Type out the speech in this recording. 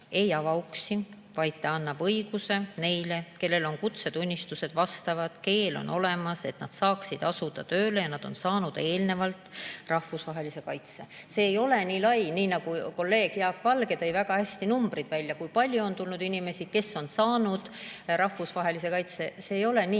ei ava uksi, vaid ta annab õiguse neile, kellel on vastavad kutsetunnistused ja keel[eoskus] olemas, et nad saaksid asuda tööle, ja nad on saanud eelnevalt rahvusvahelise kaitse. See ei ole nii lai. Kolleeg Jaak Valge tõi väga hästi numbreid välja, kui palju on tulnud inimesi, kes on saanud rahvusvahelise kaitse. See ei ole nii